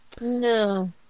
No